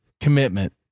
commitment